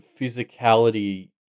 physicality